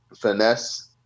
finesse